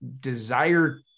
desire